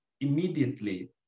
immediately